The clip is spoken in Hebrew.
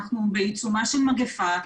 אנחנו בעיצומה של מגפה,